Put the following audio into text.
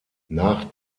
nach